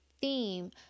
theme